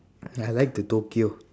I like the tokyo